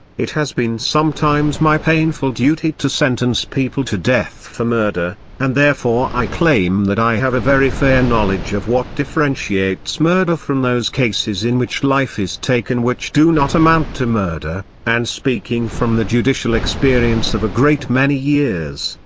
it has been sometimes my painful duty to sentence people to death for murder, and therefore i claim that i have a very fair knowledge of what differentiates murder from those cases in which life is taken which do not amount to murder and speaking from the judicial experience of a great many years,